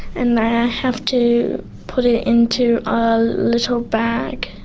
and i have to put it into a little bag